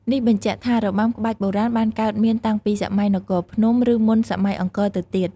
នេះបញ្ជាក់ថា របាំក្បាច់បុរាណបានកើតមានតាំងពីសម័យនគរភ្នំ ឬមុនសម័យអង្គរទៅទៀត។